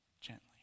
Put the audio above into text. gently